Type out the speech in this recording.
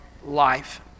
life